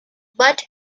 but